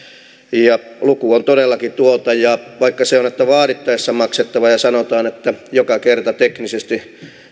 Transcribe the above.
luku on todellakin tuo ja vaikka se on vaadittaessa maksettava ja sanotaan että joka kerta teknisesti